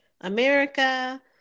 America